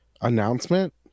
announcement